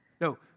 No